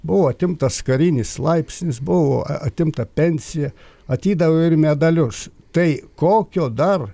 buvo atimtas karinis laipsnis buvo atimta pensija atidaviau ir medalius tai kokio dar